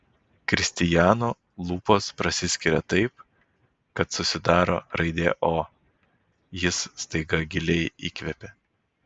kristijano lūpos prasiskiria taip kad susidaro raidė o jis staiga giliai įkvepia